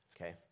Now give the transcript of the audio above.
okay